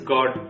God